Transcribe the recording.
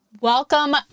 Welcome